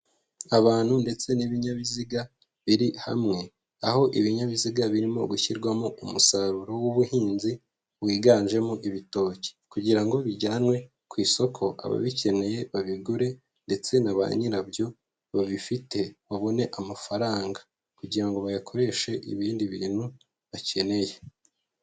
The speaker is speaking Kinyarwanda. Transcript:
Abantu ndetse n'ibinyabiziga biri hamwe, aho ibinyabiziga birimo gushyirwamo umusaruro w'ubuhinzi wiganjemo ibitoki, kugira ngo bijyanwe ku isoko, ababikeneye babigure ndetse na banyirabyo babifite babone amafaranga, kugira ngo bayakoreshe ibindi bintu bakeneye.